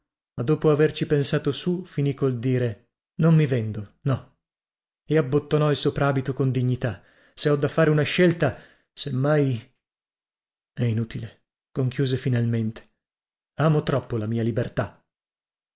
ma dopo averci pensato su finì col dire non mi vendo no e abbottonò il soprabito con dignità se ho da fare una scelta se mai è inutile conchiuse finalmente amo troppo la mia libertà